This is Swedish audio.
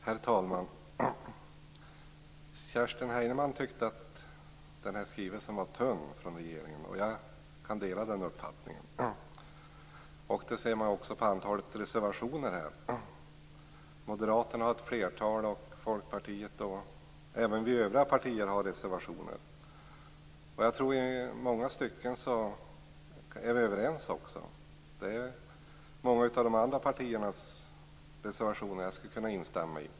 Herr talman! Kerstin Heinemann tyckte att skrivelsen från regeringen var tunn, och jag kan dela den uppfattningen. Det framgår också av antalet reservationer. Moderaterna har ett flertal reservationer liksom Folkpartiet och även övriga partier. Jag tror att vi i många stycken är överens. Jag skulle kunna instämma i många av de andra partiernas reservationer.